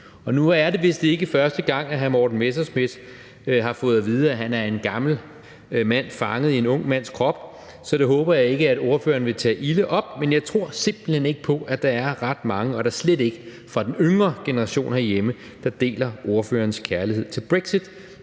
nu er det vist ikke første gang, at hr. Morten Messerschmidt har fået at vide, at han er en gammel mand fanget i en ung mands krop, så det håber jeg ikke, at ordføreren vil tage ilde op, men jeg tror simpelt hen ikke på, at der er ret mange, og da slet ikke fra den yngre generation herhjemme, der deler ordførerens kærlighed til brexit,